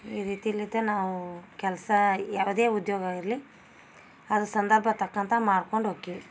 ಈ ರೀತಿ ಇಲ್ಲಿದ್ದ ನಾವು ಕೆಲಸ ಯಾವುದೇ ಉದ್ಯೋಗ ಇರಲಿ ಅದು ಸಂದರ್ಭತಕ್ಕಂತೆ ಮಾಡ್ಕೊಂಡು ಹೋಕ್ಕಿವಿ